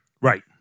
Right